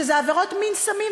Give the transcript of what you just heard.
שהן עבירות מין,